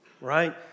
Right